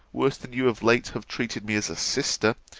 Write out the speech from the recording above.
worse than you of late have treated me as a sister,